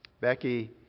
Becky